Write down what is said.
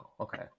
okay